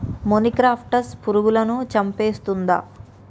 మొనిక్రప్టస్ పురుగులను చంపేస్తుందా?